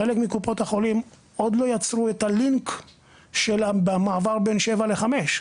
חלק מקופות החולים עוד לא יצרו את הלינק במעבר בין 7 ל-5.